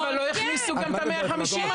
אבל גם לא הכניסו את ה-150.